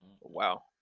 Wow